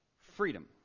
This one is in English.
freedom